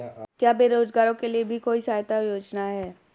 क्या बेरोजगारों के लिए भी कोई सहायता योजना है?